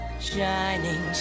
Shining